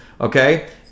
okay